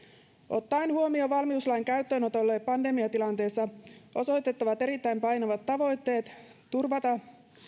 ottaen huomioon valmiuslain käyttöönotolle pandemiatilanteessa osoitettavat erittäin painavat tavoitteet turvata